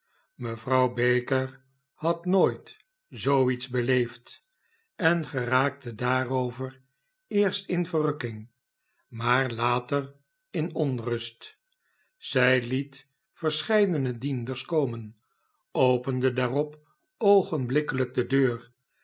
mevrouw baker had nooit zoo iets beleefd en geraakte daarover eerst in verrukking maar later in onrast zij met verscheidene dienders komen opende daarop oogenblikkelijk de deur